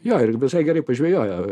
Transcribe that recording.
jo ir visai gerai pažvejojo